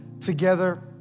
together